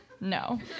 No